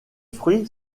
fruits